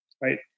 right